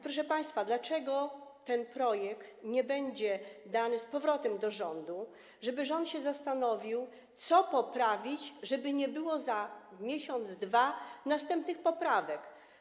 Proszę państwa, dlaczego ten projekt nie będzie przekazany z powrotem do rządu, żeby rząd się zastanowił, co poprawić, żeby nie było za miesiąc, dwa następnych poprawek?